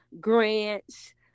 grants